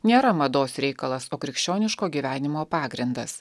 nėra mados reikalas o krikščioniško gyvenimo pagrindas